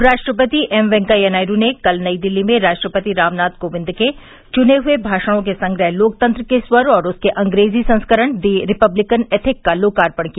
उप राष्ट्रपति एम वैकैया नायडू ने कल नई दिल्ली में राष्ट्रपति रामनाथ कोविंद के चुने हए भाषणों के संग्रह लोकतंत्र के स्वर और उसके अंग्रेजी संस्करण दि रिपब्लिकन एथिक का लोकार्पण किया